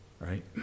right